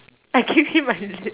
I give him my leads